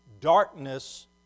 darkness